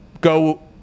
go